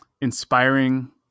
inspiring